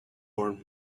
our